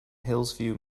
hillsview